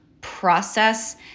process